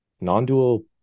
non-dual